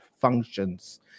functions